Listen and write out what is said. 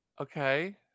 Okay